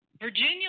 Virginia